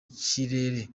kirere